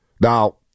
Now